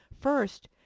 First